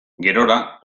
gerora